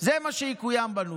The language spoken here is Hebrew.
זה מה שיקוים בנו.